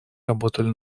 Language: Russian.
работали